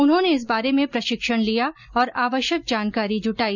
उन्होंने इस बारे में प्रशिक्षण लिया और आवश्यक जानकारी जुटाई